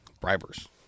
bribers